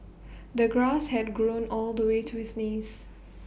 the grass had grown all the way to his knees